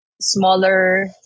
Smaller